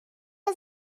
خدا